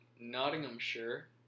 Nottinghamshire